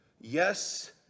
Yes